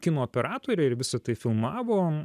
kino operatoriai ir visa tai filmavo